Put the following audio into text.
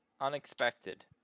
Unexpected